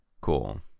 Cool